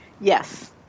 Yes